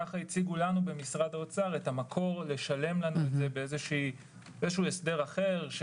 כך הציגו לנו במשרד האוצר את המקור לשלם לנו את זה באיזה הסדר אחר.